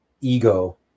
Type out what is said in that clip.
ego